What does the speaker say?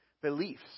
beliefs